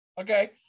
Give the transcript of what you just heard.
Okay